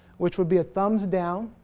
which would be a thumbs down